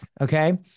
okay